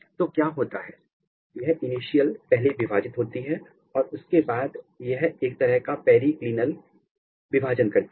तो क्या होता है यह इनिशियल पहले विभाजित होती है और उसके बाद यह एक तरह का पैरी क्लीनिकल विभाजन करती है